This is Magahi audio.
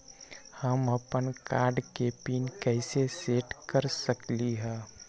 हम अपन कार्ड के पिन कैसे सेट कर सकली ह?